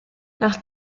nach